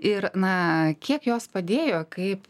ir na kiek jos padėjo kaip